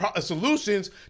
solutions